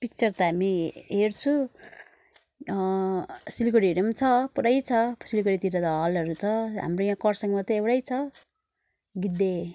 picture त हामी हेर्छु सिलगढीहरू पनि छ पुरै छ सिलगोगढीतिर त हलहरू छ हाम्रो यहाँ खरसाङमा त एउटै छ गिद्दे